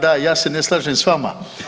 Da, ja se ne slažem s vama.